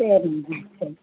சரிங்க சரி